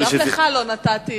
גם לך לא נתתי.